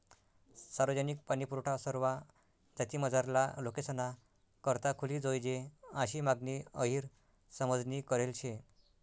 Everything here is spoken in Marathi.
सार्वजनिक पाणीपुरवठा सरवा जातीमझारला लोकेसना करता खुली जोयजे आशी मागणी अहिर समाजनी करेल शे